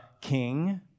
king